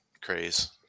craze